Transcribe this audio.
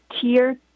Tier